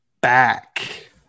back